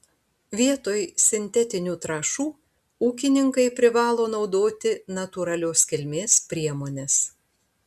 vietoj sintetinių trąšų ūkininkai privalo naudoti natūralios kilmės priemones